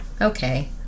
okay